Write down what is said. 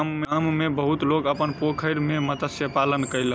गाम में बहुत लोक अपन पोखैर में मत्स्य पालन कयलक